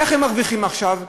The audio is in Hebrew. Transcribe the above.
איך הם מרוויחים עכשיו?